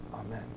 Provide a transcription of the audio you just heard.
Amen